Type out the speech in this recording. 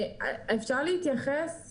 אפשר להתייחס?